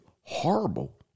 horrible